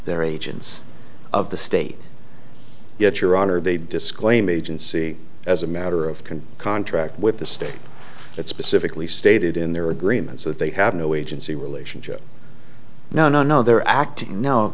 they're agents of the state yet your honor they disclaim agency as a matter of can contract with the state that specifically stated in their agreements that they have no agency relationship no no no they're acting no